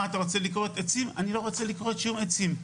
מה אתה רוצה לכרות עצים?" אני לא רוצה לכרות שום עצים,